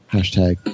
Hashtag